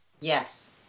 Yes